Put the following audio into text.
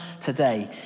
today